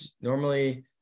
Normally